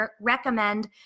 recommend